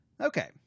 Okay